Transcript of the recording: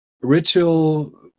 ritual